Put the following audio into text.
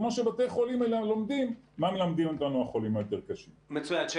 כמו שבתי החולים האלה לומדים מה מלמדים אותנו החולים היותר קשים.